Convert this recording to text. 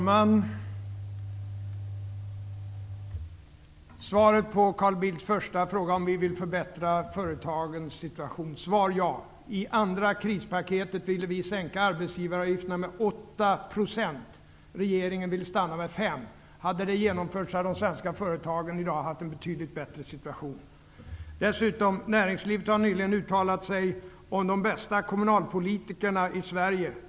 Fru talman! Carl Bildts första fråga gällde om vi ville förbättra företagens situation. Svar: Ja. I andra krispaketet ville vi sänka arbetsgivaravgiften med 8 %. Regeringen ville stanna vid 5 %. Hade vårt förslag genomförts hade de svenska företagen haft en betydligt bättre situation i dag. Näringslivet har nyligen uttalat sig om de bästa kommunalpolitikerna i Sverige.